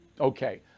Okay